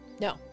No